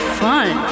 fun